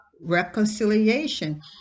reconciliation